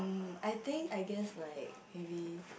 um I think I guess like maybe